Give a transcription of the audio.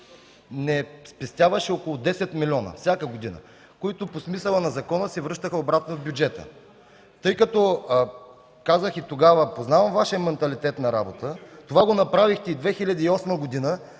като, казах и тогава, познавам Вашия манталитет на работа, това го направихте и през 2008 г.,